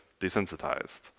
desensitized